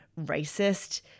racist